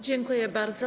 Dziękuję bardzo.